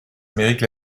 amérique